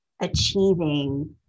achieving